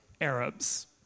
Arabs